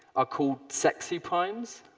are called sexy primes?